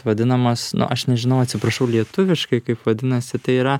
vadinamas nu aš nežinau atsiprašau lietuviškai kaip vadinasi tai yra